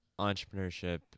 entrepreneurship